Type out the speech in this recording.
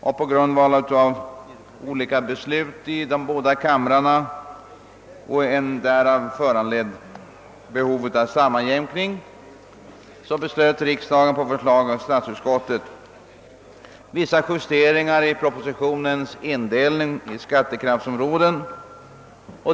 Till följd av olika beslut i de båda kamrarna och därav föranledd sammanjämkning beslöt riksdagen på förslag av statsutskottet vissa justeringar i propositionens indelning i skattekraftsområden.